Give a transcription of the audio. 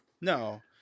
No